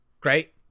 Great